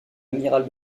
amiral